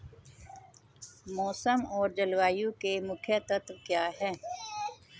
मौसम और जलवायु के मुख्य तत्व क्या हैं?